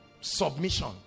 submission